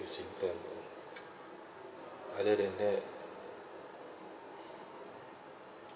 with singtel other than that